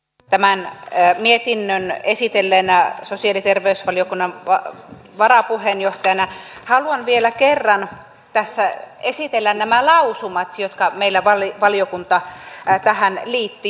tämän mietinnön esitelleenä sosiaali ja terveysvaliokunnan varapuheenjohtajana haluan vielä kerran tässä esitellä nämä lausumat jotka meillä valiokunta tähän liitti